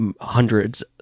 hundreds